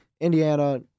Indiana